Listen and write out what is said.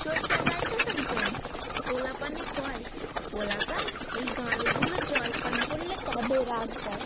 চইত্যা যাইতেছেন ক্যান পোলাপানে কয় পোলাপান এই গাড়লগুলোর জলপান করলে তবে রাগ যায়